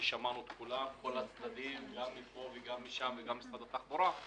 ששמענו את כל הצדדים גם מפה וגם משם וגם משרד התחבורה.